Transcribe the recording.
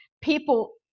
people